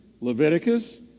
Leviticus